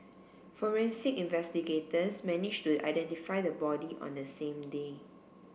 forensic investigators managed to identify the body on the same day